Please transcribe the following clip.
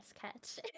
catch